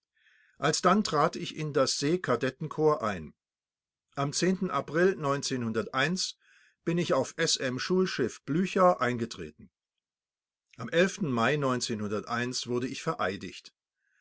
alsdann trat ich in das seekadettenkorps ein am april bin ich auf s m schulschiff blücher eingetreten am mai wurde ich vereidigt